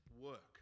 work